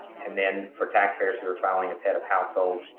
and then for taxpayers who are filing as head of household,